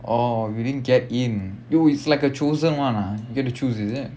orh you didn't get in you it's like a chosen one ah you get to choose is it